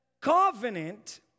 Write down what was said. covenant